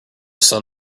sun